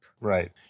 Right